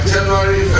January